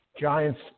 Giants